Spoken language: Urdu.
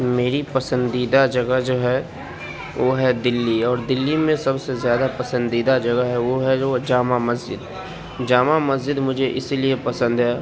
میری پسندیدہ جگہ جو ہے وہ ہے دِلی اور دِلی میں سب سے زیادہ پسندیدہ جگہ ہے وہ ہے جو جامع مسجد جامع مسجد مجھے اِس لیے پسند ہے